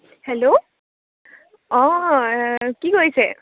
hello অঁ কি কৰিছে